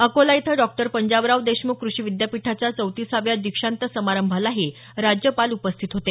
अकोला इथं डॉक्टर पंजाबराव देशमुख क्रषी विद्यापीठाच्या चौतिसाव्या दीक्षान्त समारंभालाही राज्यपाल उपस्थित होते